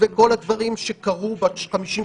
אני רוצה קודם כול להצטרף לדבריו של חבר הכנסת